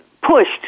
pushed